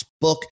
book